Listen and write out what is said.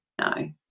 no